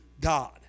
God